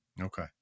Okay